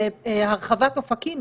להרחבת אופקים,